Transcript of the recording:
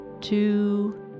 two